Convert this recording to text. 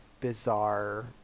bizarre